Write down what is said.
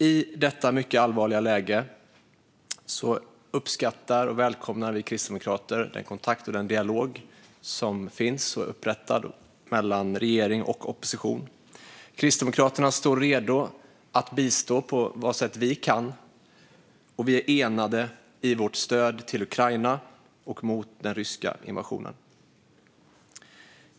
I detta mycket allvarliga läge uppskattar och välkomnar vi kristdemokrater den kontakt och dialog som finns upprättad mellan regering och opposition. Kristdemokraterna står redo att bistå på de sätt vi kan, och vi är enade i vårt stöd till Ukraina och mot den ryska invasionen.